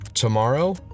Tomorrow